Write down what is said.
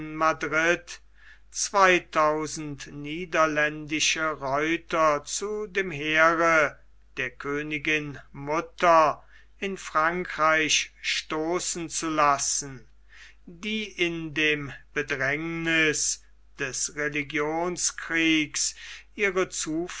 madrid zweitausend niederländische reiter zu dem heere der königin mutter in frankreich stoßen zu lassen die in dem bedrängniß des religionskriegs